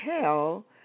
tell